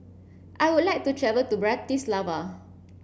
I would like to travel to Bratislava